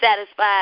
satisfied